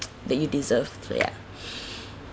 that you deserve so ya